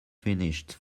finished